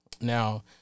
Now